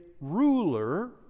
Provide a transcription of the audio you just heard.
ruler